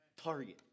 target